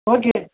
okay